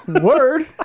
Word